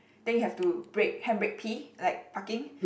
then you have to brake handbrake P like parking